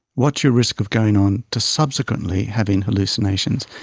what's your risk of going on to subsequently having hallucinations?